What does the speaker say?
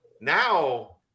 now